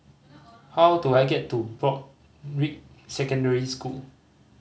how do I get to Broadrick Secondary School